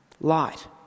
Light